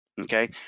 okay